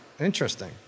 Interesting